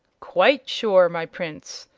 quite sure, my prince.